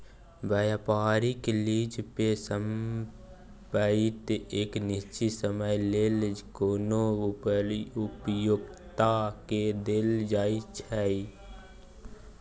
व्यापारिक लीज में संपइत एक निश्चित समय लेल कोनो उपभोक्ता के देल जाइ छइ